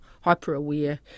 hyper-aware